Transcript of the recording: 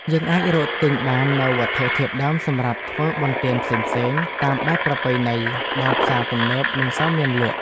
យើងអាចរកទិញបាននូវវត្ថុធាតុដើមសម្រាប់ធ្វើបុណ្យទានផ្សេងៗតាមបែបប្រពៃណីដែលផ្សារទំនើបមិនសូវមានលក់។